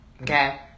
Okay